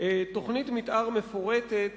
תוכנית מיתאר מפורטת